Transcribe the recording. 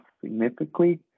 significantly